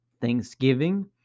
thanksgiving